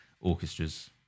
orchestras